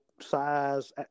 size